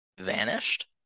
vanished